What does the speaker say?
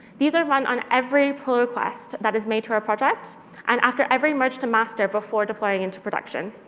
these are run on every pull request that is made to our project and after every merge to master before deploying into production.